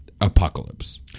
Apocalypse